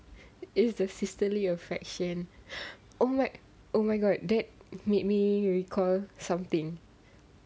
it's the sisterly affection oh like oh my god that made me recall something